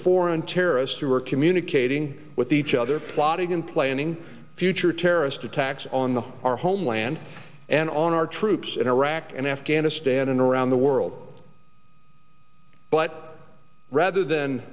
foreign terrorists who are communicating with each other plotting and planning future terrorist attacks on the our homeland and on our troops in iraq and afghanistan and around the world but rather than